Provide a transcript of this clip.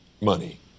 money